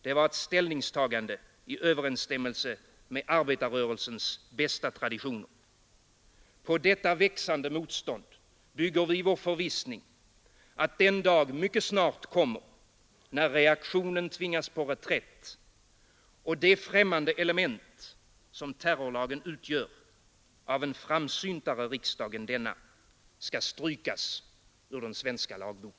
Det var ett ställningstagande i överensstämmelse med arbetarrörelsens bästa traditioner. På detta växande motstånd bygger vi vår förvissning att den dag mycket snart kommer, när reaktionen tvingas på reträtt och det främmande element som terrorlagen utgör av en framsyntare riksdag än denna skall strykas ur den svenska lagboken.